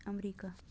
America